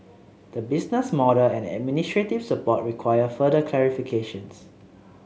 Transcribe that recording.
the business model and administrative support require further clarifications